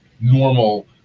normal